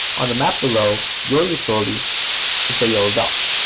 on the map below, your utility is the yellow dot,